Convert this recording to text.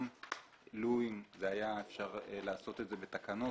גם לו אפשר היה לעשות את זה בתקנות,